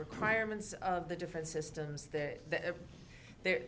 requirements of the different systems there